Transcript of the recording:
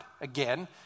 Again